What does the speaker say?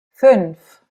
fünf